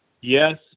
yes